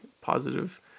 positive